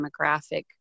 demographic